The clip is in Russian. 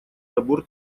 набор